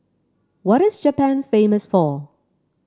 what is Japan famous for